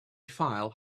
file